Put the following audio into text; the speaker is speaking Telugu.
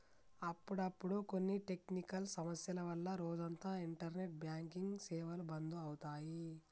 అప్పుడప్పుడు కొన్ని టెక్నికల్ సమస్యల వల్ల రోజంతా ఇంటర్నెట్ బ్యాంకింగ్ సేవలు బంధు అవుతాయి